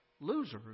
losers